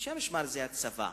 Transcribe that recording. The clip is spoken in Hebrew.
אנשי המשמר זה הצבא.